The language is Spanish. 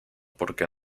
porque